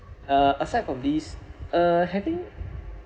uh aside from these uh having